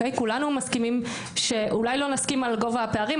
אולי לא נסכים על גובה הפערים,